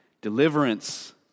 Deliverance